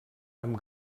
amb